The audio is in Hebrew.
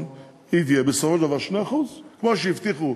יהיה בסופו של דבר 2%. כמו שהבטיחו